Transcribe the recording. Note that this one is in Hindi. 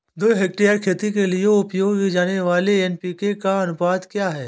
दो हेक्टेयर खेती के लिए उपयोग की जाने वाली एन.पी.के का अनुपात क्या है?